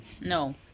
No